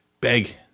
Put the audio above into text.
beg